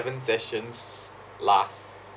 sessions last